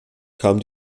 kam